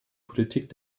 politik